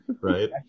Right